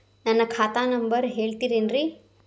ನನ್ನ ಖಾತಾ ನಂಬರ್ ಹೇಳ್ತಿರೇನ್ರಿ?